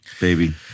baby